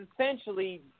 essentially